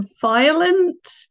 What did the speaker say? violent